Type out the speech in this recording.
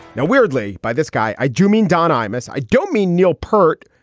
now, weirdly, by this guy, i do mean don imus, i don't mean neil peart,